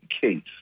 case